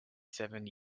seven